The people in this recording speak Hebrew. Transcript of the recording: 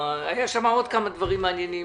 היו שם עוד כמה דברים מעניינים